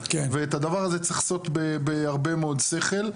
ואת הדבר הזה צריך לעשות בהרבה מאוד שכל.